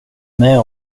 med